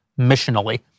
missionally